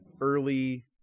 early